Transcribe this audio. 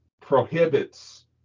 prohibits